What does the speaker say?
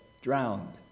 drowned